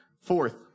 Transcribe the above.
Fourth